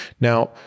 Now